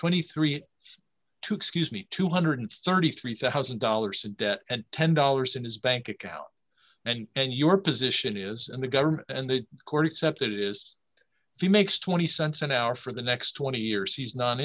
twenty three to excuse me two hundred and thirty three thousand dollars in debt and ten dollars in his bank account and your position is and the government and the court accepted it is if he makes zero dollars twenty cents an hour for the next twenty years he's no